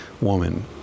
woman